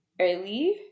early